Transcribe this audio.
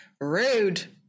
Rude